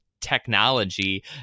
technology